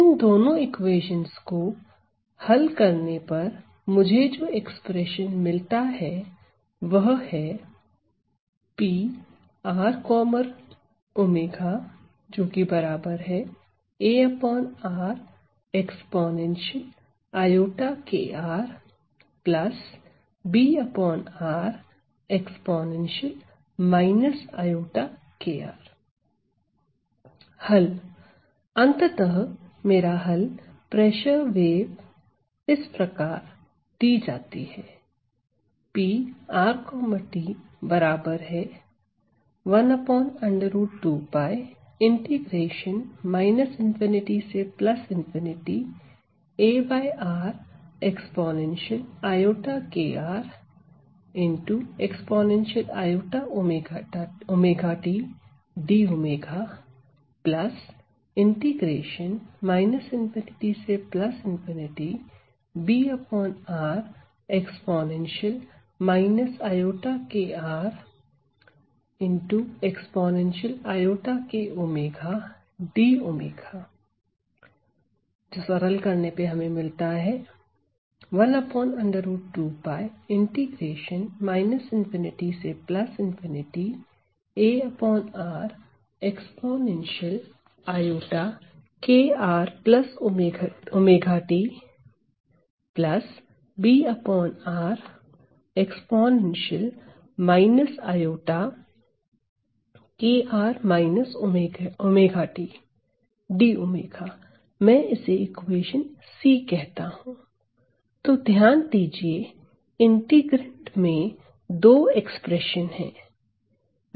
इन दोनों इक्वेशंस को हल करने पर मुझे जो एक्सप्रेशन मिलता है वह है हल अंततः मेरा हल प्रेशर वेव इस प्रकार दी जाती है तो ध्यान दीजिए इंटीग्रैंड में दो एक्सप्रेशन है